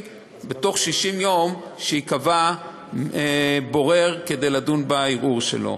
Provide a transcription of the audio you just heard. בתוך 60 יום שייקבע בורר כדי לדון בערעור שלו.